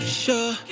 sure